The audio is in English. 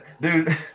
Dude